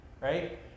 Right